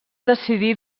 decidí